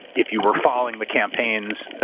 if you were following the campaigns,